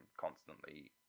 constantly